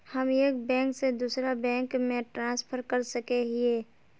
हम एक बैंक से दूसरा बैंक में ट्रांसफर कर सके हिये?